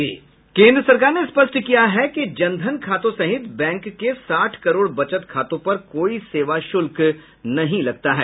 केन्द्र सरकार ने स्पष्ट किया है कि जन धन खातों सहित बैंक के साठ करोड़ बचत खातों पर कोई सेवा शुल्क नहीं लगता है